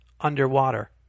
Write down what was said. underwater